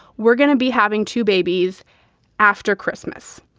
we're gonna be having two babies after christmas.